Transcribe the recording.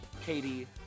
katie